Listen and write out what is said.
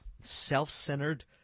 self-centered